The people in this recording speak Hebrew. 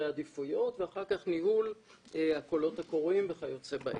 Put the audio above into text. עדיפויות ואחר כך ניהול הקולות הקוראים וכיוצא באלה.